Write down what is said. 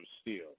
steel